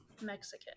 Mexican